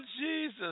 Jesus